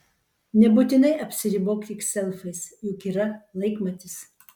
nebūtinai apsiribok tik selfiais juk yra laikmatis